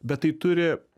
bet tai turi